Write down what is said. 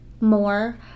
more